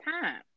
time